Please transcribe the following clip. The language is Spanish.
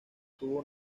tuvo